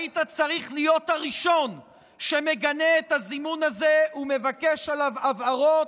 היית צריך להיות הראשון שמגנה את הזימון הזה ומבקש עליו הבהרות,